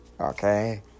Okay